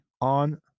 on